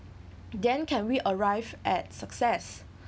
then can we arrive at success